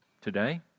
today